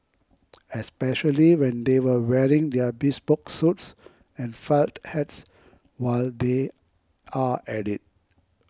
especially when they were wearing their bespoke suits and felt hats while they are at it